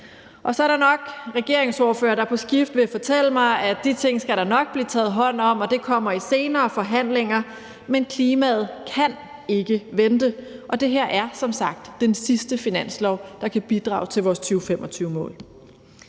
Og så er der nok regeringsordførere, der på skift vil fortælle mig, at de ting skal der nok blive taget hånd om, og at det kommer i senere forhandlinger. Men klimaet kan ikke vente! Og det her er som sagt den sidste finanslov, der kan bidrage til vores 2025-mål.